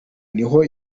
niho